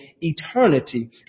eternity